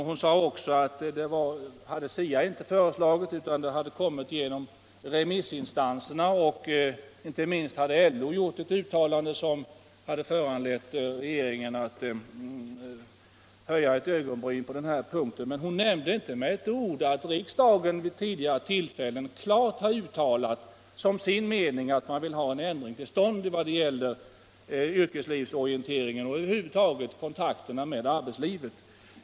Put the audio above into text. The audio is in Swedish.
Hon sade också att det inte var SIA som hade föreslagit detta utan att det hade kommit upp via remissinstanserna. Inte minst hade LO gjort ett uttalande som föranlett regeringen att fatta sin ståndpunkt. Men hon nämnde inte med ett ord att riksdagen vid tidigare tillfällen klart har uttalat att man vill ha till stånd en ändring i vad det gäller yrkeslivsorienteringen och över huvud taget kontakterna med arbetslivet.